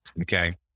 Okay